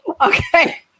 Okay